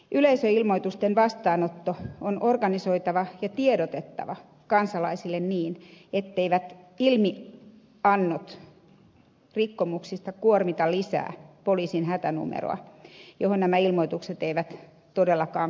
yleisöilmoitusten vastaanotto on organisoitava ja siitä on tiedotettava kansalaisille niin etteivät ilmiannot rikkomuksista kuormita lisää poliisin hätänumeroa johon nämä ilmoitukset eivät todellakaan kuulu